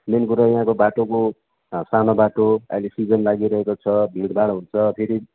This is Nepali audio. मेन कुरा यहाँको बाटोको सानो बाटो अहिले सिजन लागिरहेको छ भिडभाड हुन्छ फेरि